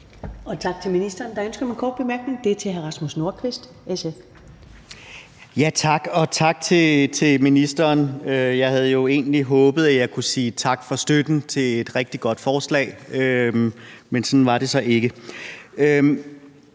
Tak til ministeren. Der er ønske om en kort bemærkning, og den er fra hr. Rasmus Nordqvist, SF. Kl. 15:18 Rasmus Nordqvist (SF): Tak, og tak til ministeren. Jeg havde jo egentlig håbet, at jeg kunne sige tak for støtten til et rigtig godt forslag, men sådan var det så ikke.